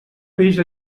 peix